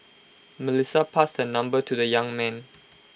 Melissa passed her number to the young man